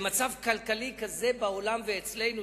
במצב כלכלי כזה בעולם ואצלנו,